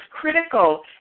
critical